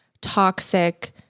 toxic